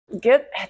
get